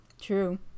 true